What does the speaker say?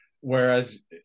whereas